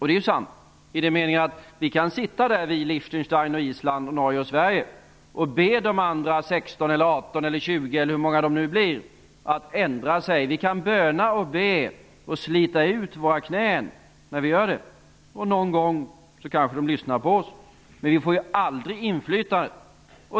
Det är ju sant i den meningen att vi kan sitta i Liechtenstein, Island, Norge och Sverige och be de andra 16, 18, 20, eller hur många länder det nu blir, att ändra sig. Vi kan böna och be och slita ut våra knän när vi gör det. Någon gång kanske de lyssnar på oss, men vi får ju aldrig inflytandet.